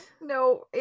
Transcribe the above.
No